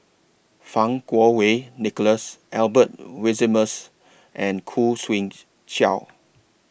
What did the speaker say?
Fang Kuo Wei Nicholas Albert Winsemius and Khoo Swee Chiow